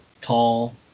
tall